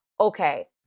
Okay